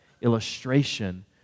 illustration